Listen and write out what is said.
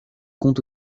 compte